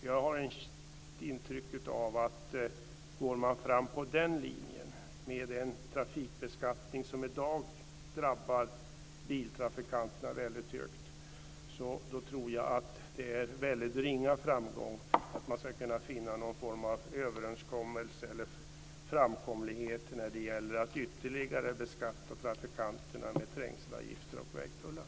Jag har ett intryck av att om man går fram på den linjen, med tanke på den trafikbeskattning som i dag drabbar biltrafikanterna väldigt hårt, då är det väldigt ringa möjligheter till framgång om man ska försöka finna någon form av överenskommelse eller framkomlighet när det gäller att ytterligare beskatta trafikanterna med trängselavgifter och vägtullar.